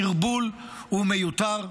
הסרבול מיותר,